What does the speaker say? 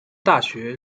大学